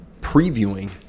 previewing